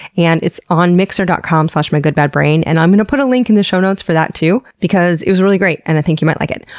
and it's on mixer dot com slash mygoodbadbrain, and i'm gonna put a link in the show notes for that too, because it was really great, and i think you might like it.